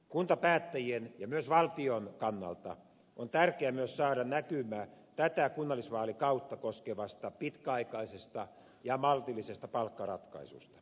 kuntapäättäjien ja myös valtion kannalta on tärkeää myös saada näkymä tätä kunnallisvaalikautta koskevasta pitkäaikaisesta ja maltillisesta palkkaratkaisusta